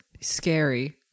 scary